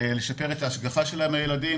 לשפר את ההשגחה שלהם על הילדים.